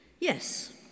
Yes